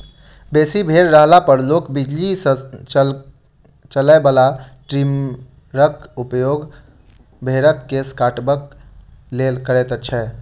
बेसी भेंड़ रहला पर लोक बिजली सॅ चलय बला ट्रीमरक उपयोग भेंड़क केश कटबाक लेल करैत छै